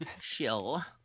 Chill